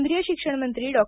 केंद्रिय शिक्षणमंत्री डॉ